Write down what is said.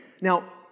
Now